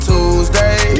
Tuesday